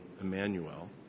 Emmanuel